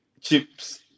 chips